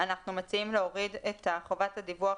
אנחנו מציעים להוריד את חובת הדיווח